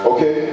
Okay